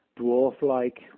dwarf-like